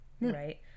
Right